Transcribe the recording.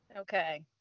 Okay